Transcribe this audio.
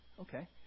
Okay